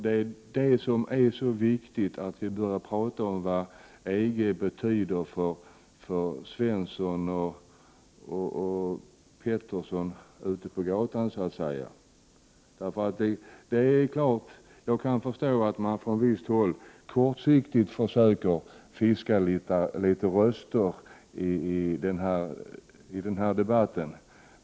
Det är därför det är så viktigt att vi börjar tala om vad EG betyder för Svensson och Pettersson ute på gatan. Jag kan förstå att man från visst håll kortsiktigt försöker fiska röster i denna debatt.